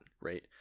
right